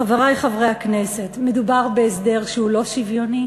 חברי חברי הכנסת, מדובר בהסדר שהוא לא שוויוני,